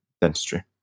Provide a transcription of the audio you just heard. dentistry